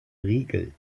riegel